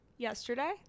yesterday